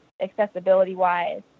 accessibility-wise